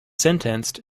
sentenced